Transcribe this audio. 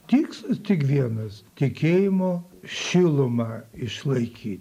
tikslas tik vienas tikėjimo šilumą išlaikyti